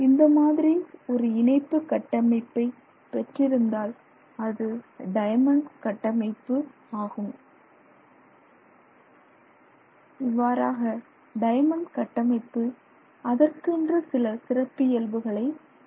இந்த மாதிரி ஒரு இணைப்பு கட்டமைப்பை பெற்றிருந்தால் அது டைமண்ட் கட்டமைப்பு ஆகும் இவ்வாறாக டயமன்ட் கட்டமைப்பு அதற்கென்று சில சிறப்பியல்புகளை கொண்டுள்ளது